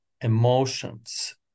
emotions